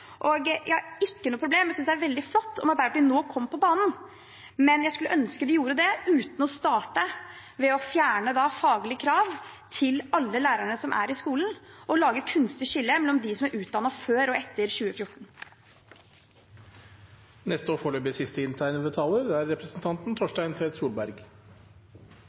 masterutdannelse. Jeg har ikke noe problem med det om Arbeiderpartiet nå kommer på banen – det synes jeg er veldig flott. Men jeg skulle ønske de gjorde det uten å starte med å fjerne faglige krav til alle lærerne som er i skolen, og lage et kunstig skille mellom dem som er utdannet før og etter 2014. Representanten Torstein Tvedt Solberg